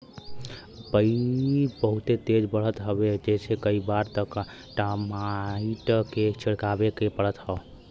पई बहुते तेज बढ़त हवे जेसे कई बार त टर्माइट के छिड़कवावे के पड़त हौ